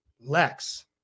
Lex